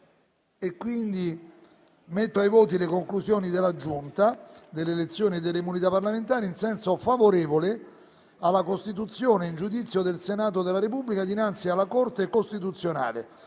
scrutinio simultaneo delle conclusioni della Giunta delle elezioni e delle immunità parlamentari in senso favorevole alla costituzione in giudizio del Senato della Repubblica dinanzi alla Corte costituzionale